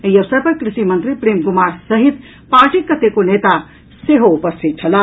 एहि अवसर पर कृषि मंत्री प्रेम कुमार सहित पार्टीक कतेको नेता सेहो उपस्थित छलाह